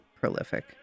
prolific